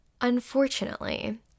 Unfortunately